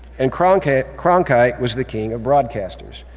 and cronkite cronkite was the king of broadcasters.